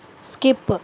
skip